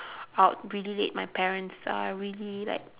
out really late my parents are really like